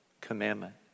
commandment